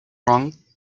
wrong